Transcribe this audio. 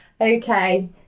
okay